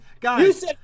Guys